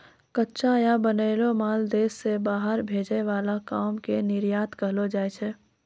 कच्चा या बनैलो माल देश से बाहर भेजे वाला काम के निर्यात कहलो जाय छै